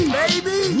baby